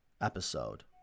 episode